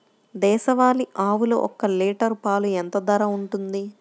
దేశవాలి ఆవులు ఒక్క లీటర్ పాలు ఎంత ధర ఉంటుంది?